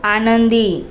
आनंदी